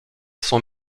son